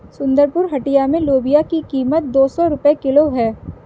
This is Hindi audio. सुंदरपुर हटिया में लोबिया की कीमत दो सौ रुपए किलो है